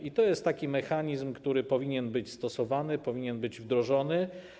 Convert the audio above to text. I to jest taki mechanizm, który powinien być stosowany, powinien być wdrożony.